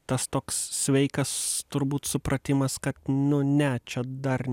tas toks sveikas turbūt supratimas kad nu ne čia dar